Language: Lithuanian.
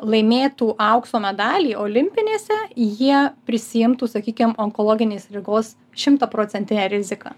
laimėtų aukso medalį olimpinėse jie prisiimtų sakykim onkologinės ligos šimtaprocentinę riziką